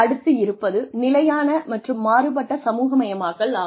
அடுத்து இருப்பது நிலையான மற்றும் மாறுபட்ட சமூகமயமாக்கல் ஆகும்